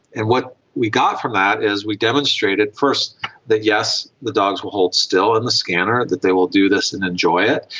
and what we got from that is we demonstrated first that, yes, the dogs will hold still in the scanner, that they will do this and enjoy it,